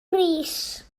rees